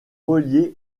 reliés